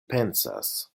pensas